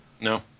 No